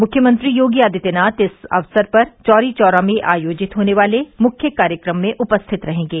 मृख्यमंत्री योगी आदित्यनाथ इस अवसर पर चौरी चौरा में आयोजित होने वाले मृख्य कार्यक्रम में उपस्थित रहेंगे